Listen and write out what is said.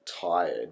tired